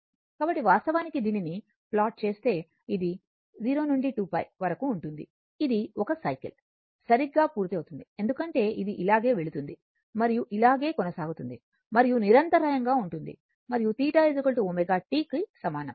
కాబట్టి వాస్తవానికి దీనిని ప్లాట్ చేస్తే ఇది 0 నుండి 2 π వరకు ఉంటుంది ఇది 1 సైకిల్ సరిగ్గా పూర్తి అవుతోంది ఎందుకంటే ఇది ఇలాగే వెళుతుంది మరియు ఇలాగే కొనసాగుతుంది మరియు నిరంతరాయంగా ఉంటుంది మరియు θ ω t కు సమానం